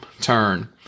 turn